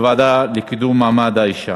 לוועדה לקידום מעמד האישה